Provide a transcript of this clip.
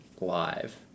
live